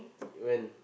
when